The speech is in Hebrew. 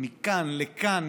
מכאן לכאן,